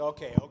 Okay